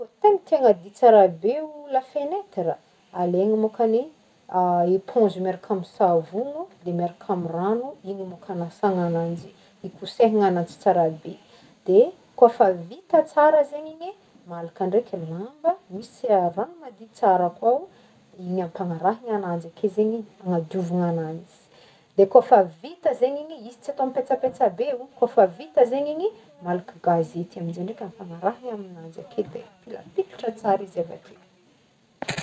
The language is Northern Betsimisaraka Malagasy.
Tegna tianao hadio tsara be o lafenetra alaigna môkany éponge miaraka amy savôgno de miaraka amy rano igny môkany agnasagna agnanjy, ikosehingy agnanjy tsara be de koa fa vita tsara zegny igny malaka ndreky lamba misy araha madio tsara akao igny ampagnarahigny agnanjy ake zegny agnadiovagna agnanjy de kôfa vita zegny igny izy tsy atao mipetsapetsa be o kôfa vita zegny igny malaka gazety de ampagnarahigny amignanjy ake de mipilapilatra tsara izy avake.